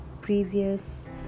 previous